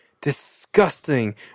disgusting